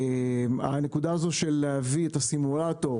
הנקודה הזו של להביא את הסימולטור